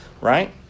right